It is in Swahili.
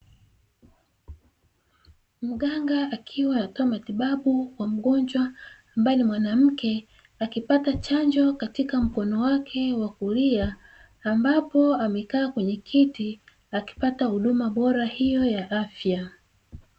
Mganga akiwa anatoa matibabu kwa mgonjwa ambaye ni mwanamke, akipata chanjo katika mkono wake wa kulia ambapo amekaa kwenye kiti akipata huduma bora hiyo ya afya.